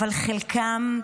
אבל חלקם,